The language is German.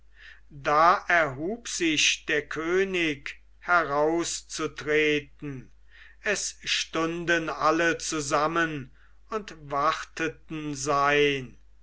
da erhub sich der könig herauszutreten es stunden alle zusammen und warteten sein